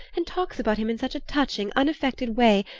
and talks about him in such a touching unaffected way,